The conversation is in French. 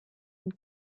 une